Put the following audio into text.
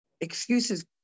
excuses